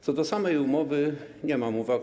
Co do samej umowy nie mam uwag.